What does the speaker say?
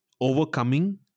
overcoming